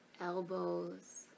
elbows